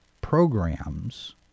programs